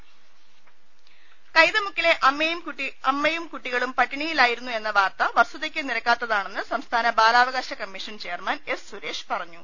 രുട്ട്ട്ട്ട്ട്ട്ട്ട്ട കൈതമുക്കിലെ അമ്മയും കുട്ടികളും പട്ടിണിയിലായിരുന്നു എന്ന വാർത്ത വസ്തുതയ്ക്ക് നിരക്കാത്തതാണെന്ന് സംസ്ഥാന ബാലാവകാശ കമ്മീഷൻ ചെയർമാൻ എസ് സുരേഷ് പറഞ്ഞു